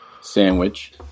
sandwich